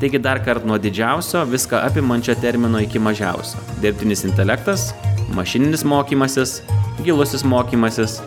taigi darkart nuo didžiausio viską apimančią termino iki mažiausio dirbtinis intelektas mašininis mokymasis gilusis mokymasis